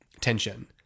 tension